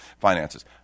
finances